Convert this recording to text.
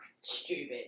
stupid